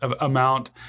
amount